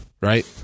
right